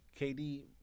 KD